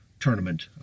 tournament